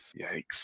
Yikes